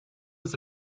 does